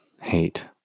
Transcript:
hate